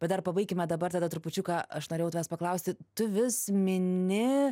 bet dar pabaikime dabar tada trupučiuką aš norėjau tavęs paklausti tu vis mini